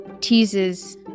teases